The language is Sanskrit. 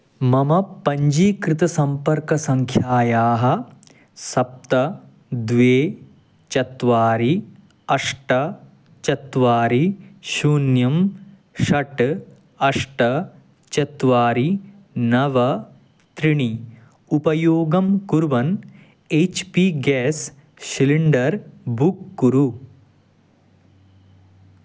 मम पञ्चीकृतसम्पर्कसङ्ख्यायाः सप्त द्वे चत्वारि अष्ट चत्वारि शून्यं षट् अष्ट चत्वारि नव त्रिणि उपयोगं कुर्वन् H P gas cylinder book कुरु